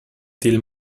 deal